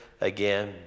again